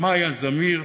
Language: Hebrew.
מאייה זמיר,